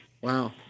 Wow